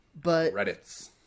Reddits